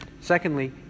secondly